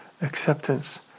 acceptance